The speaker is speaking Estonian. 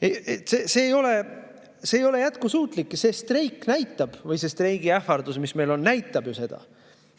See ei ole jätkusuutlik. Ja see streik – või see streigiähvardus, mis meil on – näitab ju seda.